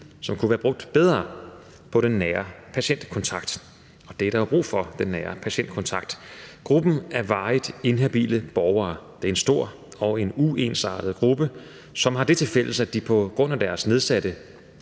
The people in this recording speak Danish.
som kunne være brugt bedre på den nære patientkontakt, og den nære patientkontakt er der brug for. Gruppen af varigt inhabile borgere er en stor og en uensartet gruppe, som har det tilfælles, at de på grund af deres nedsatte